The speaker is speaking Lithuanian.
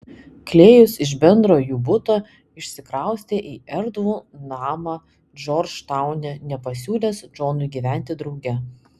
klėjus iš bendro jų buto išsikraustė į erdvų namą džordžtaune nepasiūlęs džonui gyventi drauge